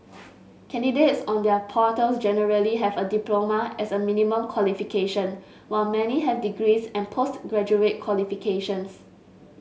candidates on their portals generally have a diploma as a minimum qualification while many have degrees and post graduate qualifications